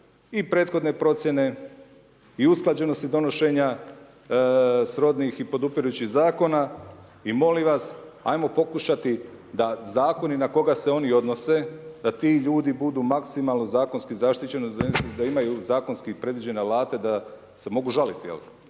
i prethodne procjene i usklađenosti donošenja srodnih i podupirućih zakona i molim vas ajmo pokušati da zakoni na koga se oni odnose da ti ljudi budu maksimalno zakonski zaštićeni, da imaju zakonski predviđene alate da se mogu žalit.